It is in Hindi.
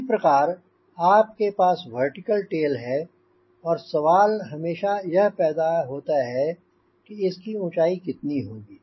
इसी प्रकार आपके पास वर्टिकल टेल है और सवाल हमेशा यह पैदा होता है कि इसकी ऊँचाई कितनी होगी